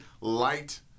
light